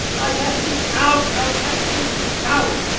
i cast you out i cast you out